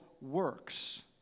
works